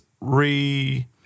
re